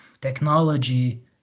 technology